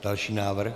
Další návrh.